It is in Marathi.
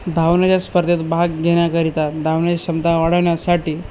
धावण्याच्या स्पर्धेत भाग घेण्या्करिता धावण्याची क्षमता वाढविण्यासाठी